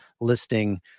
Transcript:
listing